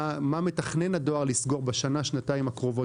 מה מתכנן הדואר לסגור בשנה-שנתיים הקרובות